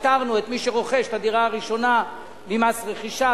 פטרנו את מי שרוכש את הדירה הראשונה ממס רכישה.